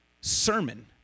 sermon